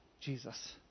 Jesus